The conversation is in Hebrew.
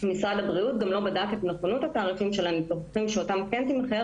משרד הבריאות גם לא בדק את נכונות התעריפים של הניתוחים שאותם כן תמחר